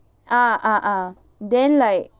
ah ah ah then like